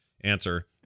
answer